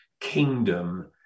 kingdom